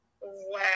Wow